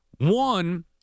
One